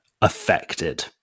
affected